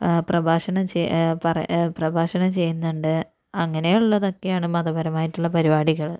പ്രഭാഷണം ചെ പറ പ്രഭാഷണം ചെയ്യുന്നുണ്ട് അങ്ങനെയൊള്ളതൊക്കെയാണ് മതപരമായിട്ടുള്ള പരിപാടികള്